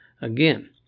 Again